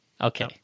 Okay